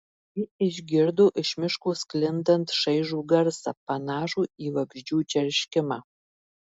ji išgirdo iš miško sklindant šaižų garsą panašų į vabzdžių čerškimą